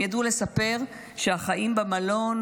הם ידעו לספר שהחיים במלון